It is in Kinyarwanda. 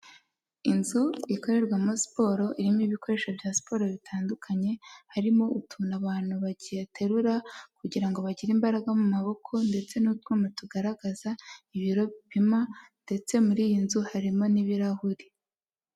Inzu ikorerwamo siporo irimo ibikoresho bya siporo bitandukanye harimo utuntu abantu baterura kugira ngo bagire imbaraga mu maboko, ndetse n'utwuma tugaragaza ibiropima ndetse muri iyi nzu harimo n'ibirahuri.